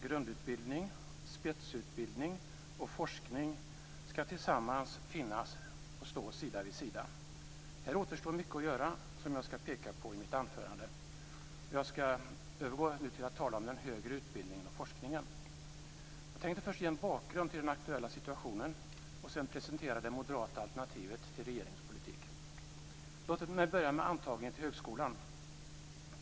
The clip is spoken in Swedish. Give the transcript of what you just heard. Grundutbildning, spetsutbildning och forskning ska finnas tillsammans och stå sida vid sida. Här återstår mycket att göra som jag ska peka på i mitt anförande. Jag ska övergå nu till att tala om den högre utbildningen och forskningen. Jag tänkte först ge en bakgrund till den aktuella situationen och sedan presentera det moderata alternativet till regeringens politik. Låt mig börja med antagningen till högskolan.